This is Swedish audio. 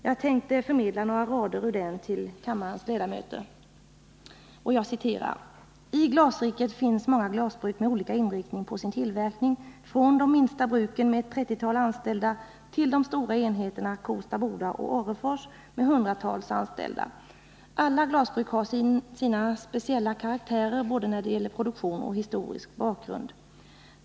Jag tänker därför förmedla några rader ur denna rapport till kammarens ledamöter. ”TI Glasriket finns många glasbruk med olika inriktning på sin tillverkning, från de minsta bruken med ett 30-tal anställda till de stora enheterna Kosta-Boda och Orrefors med 100-tals anställda. Alla glasbruk har sina speciella karaktärer både när det gäller produktion och historisk bakgrund.